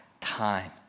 time